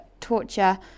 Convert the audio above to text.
torture